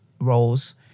roles